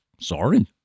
Sorry